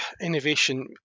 innovation